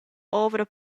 ovra